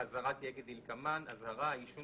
האזהרה תהיה כדלקמן: "אזהרה - העישון